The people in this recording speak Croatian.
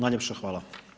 Najljepša hvala.